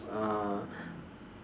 uh